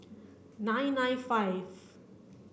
nine nine five